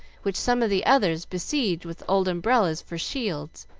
which some of the others besieged with old umbrellas for shields,